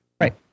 Right